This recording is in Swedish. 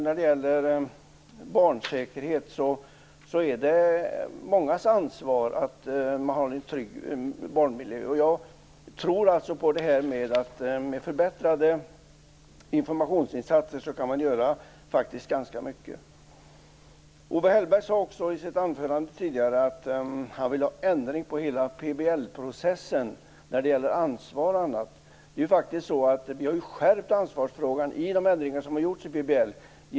När det gäller barnsäkerhet är det mångas ansvar att det finns en trygg barnmiljö. Jag tror alltså att man med förbättrade informationsinsatser faktiskt kan göra ganska mycket. Owe Hellberg sade i sitt anförande tidigare att han vill ha en ändring av hela PBL-processen när det gäller ansvar och annat. Vi har ju faktiskt skärpt ansvarsfrågan i och med de ändringar som har gjorts i PBL.